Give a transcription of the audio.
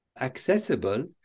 accessible